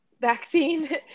vaccine